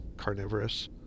Carnivorous